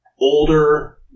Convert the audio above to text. older